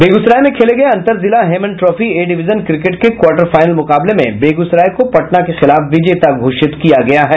बेगूसराय में खेले गये अंतर जिला Heman trophy A division cricket के क्वार्टर फाइनल मुकाबले में बेगूसराय को पटना के खिलाफ विजेता घोषित किया गया है